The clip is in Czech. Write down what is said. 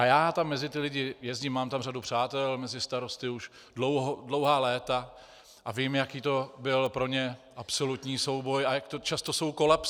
Já tam mezi ty lidi jezdím, mám tam řadu přátel mezi starosty už dlouhá léta a vím, jaký to byl pro ně absolutní souboj a jak často jsou kolapsy.